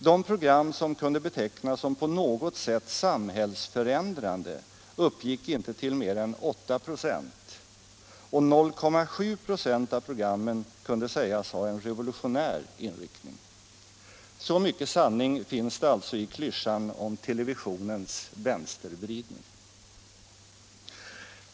De program som kunde betecknas som på något sätt samhällsförändrande uppgick inte till mer än 8 96, och 0,7 926 av programmen kunde sägas ha en revolutionär inriktning. Så mycket sanning finns det alltså i klyschan om televisionens ”vänstervridning”!